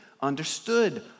understood